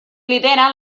lidera